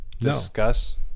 discuss